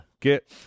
Get